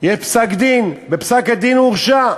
יש פסק-דין, בפסק-הדין הוא הורשע.